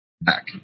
back